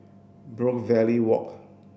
Brookvale Walk